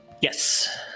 Yes